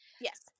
Yes